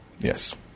Yes